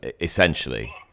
essentially